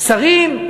שרים,